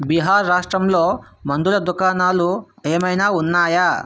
బీహార్ రాష్ట్రంలో మందుల దుకాణాలు ఏమైనా ఉన్నాయా